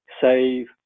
save